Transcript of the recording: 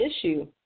issue